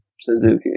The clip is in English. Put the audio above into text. Suzuki